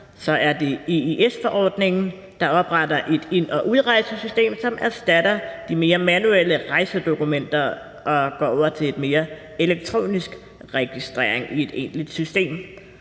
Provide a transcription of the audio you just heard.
det er EES-forordningen, der opretter et ind- og udrejsesystem, som erstatter de mere manuelle rejsedokumenter og går over til en mere elektronisk registrering i et egentligt system;